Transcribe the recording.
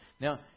Now